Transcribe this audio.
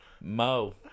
Mo